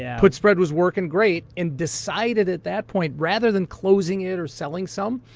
yeah put spread was working great. and decided at that point rather than closing it, or selling some,